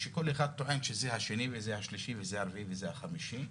שכל אחד טוען שזה השני וזה השלישי וזה הרביעי וזה החמישי.